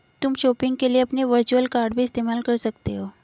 तुम शॉपिंग के लिए अपने वर्चुअल कॉर्ड भी इस्तेमाल कर सकते हो